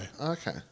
Okay